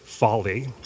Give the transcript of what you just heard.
folly